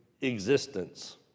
existence